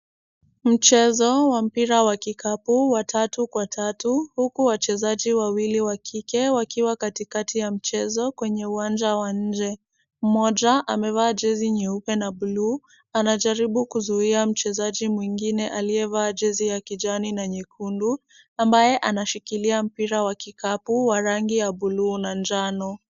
Mchezo wa mpira wa kikapu wa tatu kwa tatu, huku wachezaji wawili wa kike wakiwa katikati ya mchezo kwenye uwanja wa nje. Mmoja amevaa jezi nyeupe na buluu, anajaribu kuzuia mchezaji mwingine aliyevaa jezi ya kijani na nyekundu, ambaye anashikilia mpira wa kikapu wa buluu na njano.